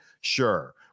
sure